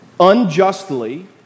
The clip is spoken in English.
unjustly